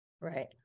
right